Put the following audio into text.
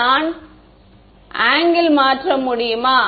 நான் அந்த ஆங்கிள் மாற்ற முடியுமா